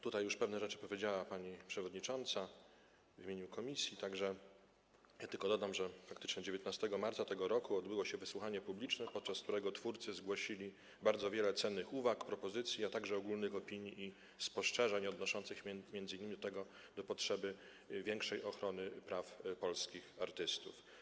Tutaj pewne rzeczy powiedziała już pani przewodnicząca w imieniu komisji, tak że ja tylko dodam, że faktycznie 19 marca tego roku odbyło się wysłuchanie publiczne, podczas którego twórcy zgłosili bardzo wiele cennych uwag, propozycji, a także ogólnych opinii i spostrzeżeń, odnoszących się m.in. do potrzeby większej ochrony praw polskich artystów.